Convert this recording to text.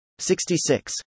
66